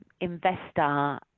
investor